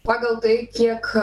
pagal tai kiek